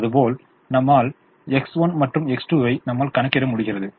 அதுபோல் நம்மால் X1 மற்றும் X2 வை நம்மால் கணக்கிட முடிகிறது